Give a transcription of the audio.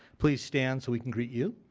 please stand so we can greet you.